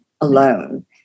alone